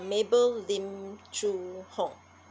mabel lim choo hong